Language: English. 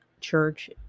church